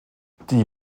die